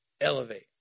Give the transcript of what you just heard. elevate